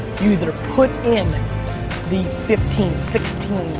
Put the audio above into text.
you either put in the fifteen, sixteen,